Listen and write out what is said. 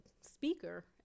speaker